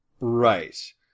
right